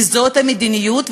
כי זאת המדיניות,